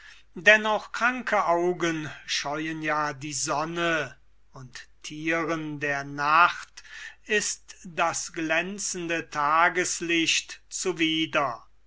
auch kranke augen scheuen ja die sonne und thieren der nacht ist das glänzende tageslicht zuwider